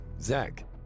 Zach